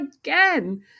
again